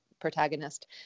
protagonist